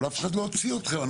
אבל אף אחד לא הוציא אתכם.